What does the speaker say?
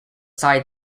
cited